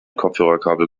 kopfhörerkabel